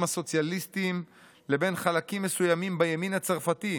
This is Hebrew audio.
הסוציאליסטים לבין חלקים מסוימים בימין הצרפתי,